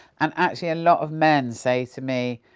and actually a lot of men say to me,